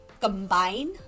combine